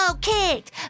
kicked